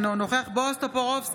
אינו נוכח בועז טופורובסקי,